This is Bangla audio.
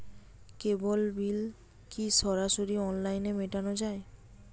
কেবল বিল কি সরাসরি অনলাইনে মেটানো য়ায়?